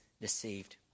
deceived